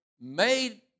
made